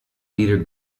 leader